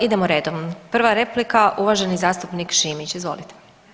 Idemo redom, prva replika uvaženi zastupnik Šimić, izvolite.